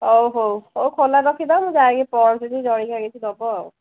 ହଉ ହଉ ହଉ ଖୋଲା ରଖିଥାଅ ମୁଁ ଯାାଇକି ପହଁଚୁଛି ଜଳଖିଆ କିଛି ଦେବ ଆଉ